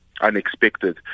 unexpected